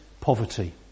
poverty